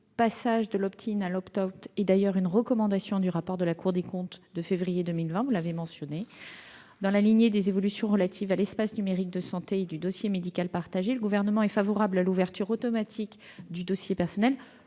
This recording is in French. Ce passage de l'à l'est une recommandation du rapport de la Cour des comptes de février 2020- cela a été mentionné. Dans la lignée des évolutions relatives à l'espace numérique de santé et au dossier médical partagé, le Gouvernement est favorable à l'ouverture automatique du dossier personnel,